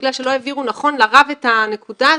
בגלל שלא העבירו נכון לרב את הנקודה הזאת,